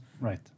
Right